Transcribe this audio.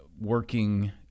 working